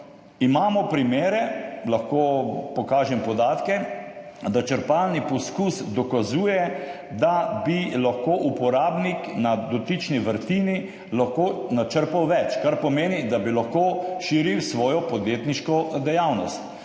imamo primere, lahko pokažem podatke, da črpalni poskus dokazuje, da bi lahko uporabnik na dotični vrtini načrpal več, kar pomeni, da bi lahko širil svojo podjetniško dejavnost,